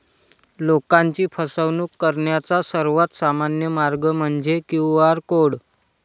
लोकांची फसवणूक करण्याचा सर्वात सामान्य मार्ग म्हणजे क्यू.आर कोड